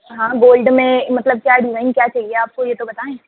ہاں گولڈ میں مطلب کیا ڈیزائن کیا چہیے آپ کو یہ تو بتائیں